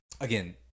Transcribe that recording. Again